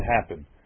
happen